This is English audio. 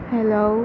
Hello